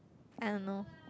I don't know